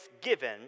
given